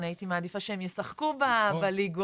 אני הייתי מעדיפה שהם ישחקו בליגות,